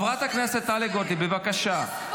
חברת הכנסת טלי גוטליב, בבקשה.